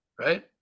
Right